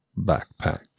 backpack